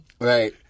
right